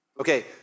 Okay